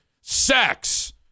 sex